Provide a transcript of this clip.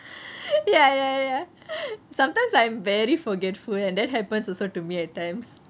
ya ya sometimes I'm very forgetful and that happens also to me at times